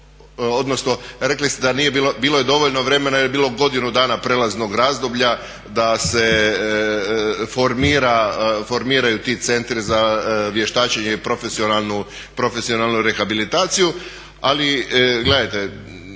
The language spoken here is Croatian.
odnosno rekli ste da nije, bilo je dovoljno vremena jer je bilo godinu dana prelaznog razdoblja da se formiraju ti centri za vještačenje i profesionalnu rehabilitaciju. Ali gledajte,